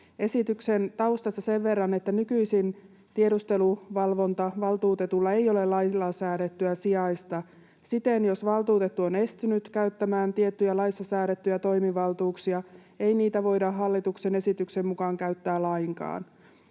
Esityksen taustasta sen verran, että nykyisin tiedusteluvalvontavaltuutetulla ei ole lailla säädettyä sijaista. Siten jos valtuutettu on estynyt käyttämään tiettyjä laissa säädettyjä toimivaltuuksia, ei niitä voida hallituksen esityksen mukaan käyttää lainkaan.